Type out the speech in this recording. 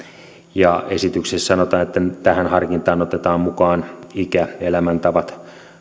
esityksessä sanotaan että tähän harkintaan otetaan mukaan ikä elämäntavat